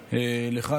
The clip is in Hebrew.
לך,